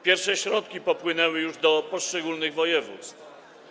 Pierwsze środki popłynęły już do poszczególnych województw.